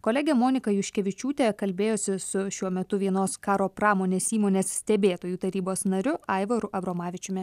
kolegė moniką juškevičiūtę kalbėjosi su šiuo metu vienos karo pramonės įmonės stebėtojų tarybos nariu aivaru abromavičiumi